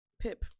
Pip